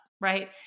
right